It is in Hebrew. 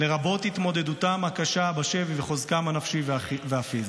לרבות התמודדותם הקשה בשבי וחוזקם הנפשי והפיזי.